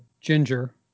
Ginger